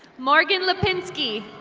morgan lipinski.